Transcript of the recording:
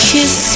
Kiss